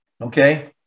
okay